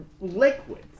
liquids